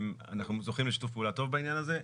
אנחנו זוכים לשיתוף פעולה טוב בעניין הזה.